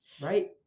right